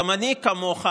גם אני כמוך,